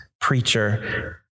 preacher